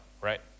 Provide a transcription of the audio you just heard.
right